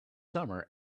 summer